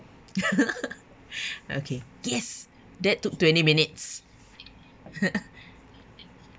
okay yes that took twenty minutes